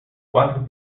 quatro